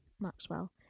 Maxwell